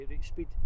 speed